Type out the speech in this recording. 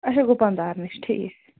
اَچھا گُپَن دار نِش ٹھیٖک